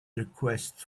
requests